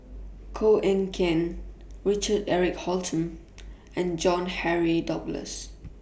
Koh Eng Kian Richard Eric Holttum and John Henry Duclos